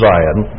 Zion